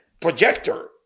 projector